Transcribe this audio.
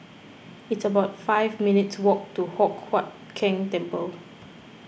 it's about five minutes' walk to Hock Huat Keng Temple